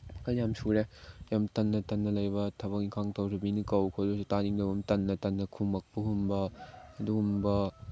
ꯃꯈꯜ ꯌꯥꯝ ꯁꯨꯔꯦ ꯌꯥꯝ ꯇꯟꯅ ꯇꯟꯅ ꯂꯩꯕ ꯊꯕꯛ ꯏꯟꯈꯥꯡ ꯇꯧꯗꯕꯤ ꯃꯤꯅ ꯀꯧ ꯈꯣꯠꯂꯁꯨ ꯇꯥꯅꯤꯡꯗꯒꯨꯝ ꯇꯟꯅ ꯇꯟꯅ ꯈꯨꯝꯃꯛꯄꯒꯨꯝꯕ ꯑꯗꯨꯒꯨꯝꯕ